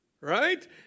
right